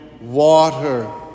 water